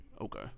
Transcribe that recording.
Okay